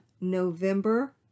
November